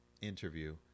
interview